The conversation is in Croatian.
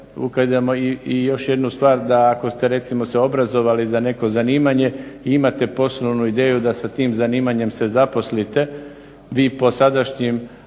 strane … i još jednu stvar da ako ste recimo se obrazovali za neko zanimanje i imate poslovnu ideju da se s tim zanimanjem se zaposlite. Vi po sadašnjoj